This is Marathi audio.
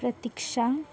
प्रतीक्षा